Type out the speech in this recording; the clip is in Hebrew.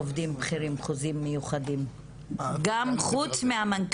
עובדים בכירים עם חוזים מיוחדים חוץ מהמנכ"לים.